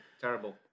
terrible